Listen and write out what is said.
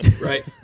Right